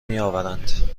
میآورند